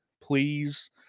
please